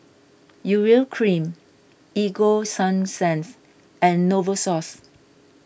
Urea Cream Ego Sunsense and Novosource